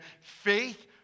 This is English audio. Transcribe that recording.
faith